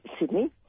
Sydney